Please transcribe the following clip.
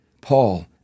Paul